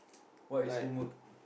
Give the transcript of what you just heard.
what is homework